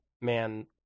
man